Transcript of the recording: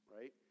right